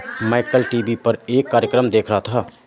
मैं कल टीवी पर एक कार्यक्रम देख रहा था